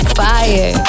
fire